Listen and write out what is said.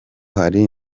hari